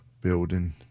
building